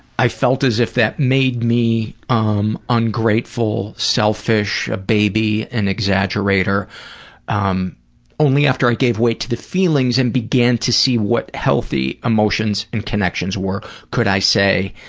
i felt as if that made me, um, ungrateful, selfish, a baby, an exaggerator um only after i gave weight to the feelings and began to see what healthy emotions and connections were could i say,